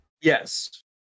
Yes